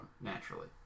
naturally